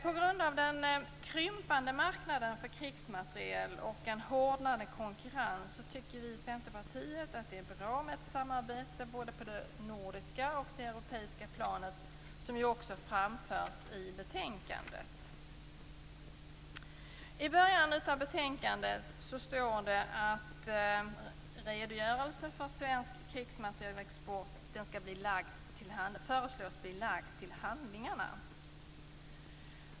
På grund av den krympande marknaden för krigsmateriel och en hårdnande konkurrens tycker vi i Centerpartiet att det är bra med ett samarbete både på det nordiska och på det europeiska planet, som också framförs i betänkandet. I början av betänkandet står det att redogörelsen för svensk krigsmaterielexport föreslås bli lagd till handlingarna.